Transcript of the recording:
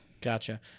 Gotcha